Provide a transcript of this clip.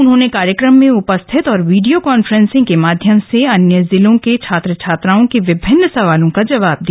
उन्होंने कार्यक्रम में उपस्थित और वीडियो कान्फ्रेंसिंग के माध्यम से अन्य जिलों के छात्र छात्राओं के विभिन्न सवालों का जवाब दिया